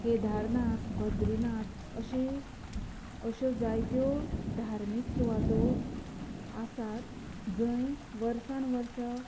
केदारनाथ भद्रीनाथ अशें अश्यो जायत्यो धार्मीक सुवातो आसात जंय वर्सान वर्स